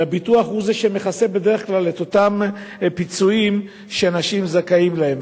והביטוח הוא שמכסה בדרך כלל את אותם פיצויים שאנשים זכאים להם.